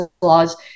laws